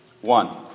one